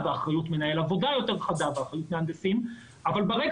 ואחריות מנהל עבודה יותר חדה ואחריות מהנדסים אבל ברגע